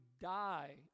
die